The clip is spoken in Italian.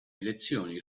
elezioni